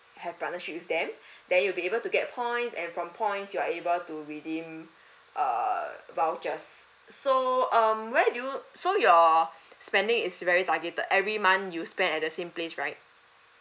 have partnership with them then you'll be able to get points and from points you are able to redeem err vouchers so um where do you so you're spending is very targeted every month you spend at the same place right